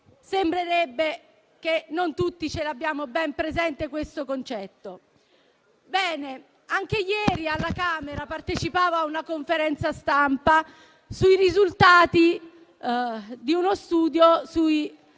sembrerebbe che non tutti abbiamo ben presente questo concetto. Ho partecipato ieri alla Camera dei deputati a una conferenza stampa sui risultati di uno studio sui